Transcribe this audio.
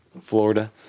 Florida